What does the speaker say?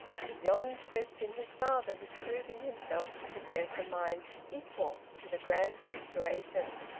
beyond question his father was proving himself to possess a mind equal to the grand situation.